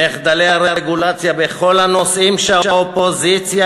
מחדלי הרגולציה בכל הנושאים שהאופוזיציה